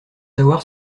savoir